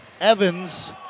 Evans